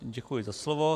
Děkuji za slovo.